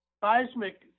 seismic